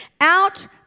Out